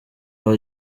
aba